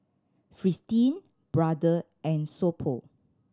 Fristine Brother and So Pho